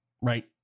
right